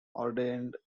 ordained